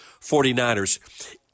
49ers